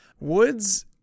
Woods